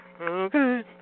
Okay